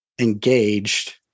engaged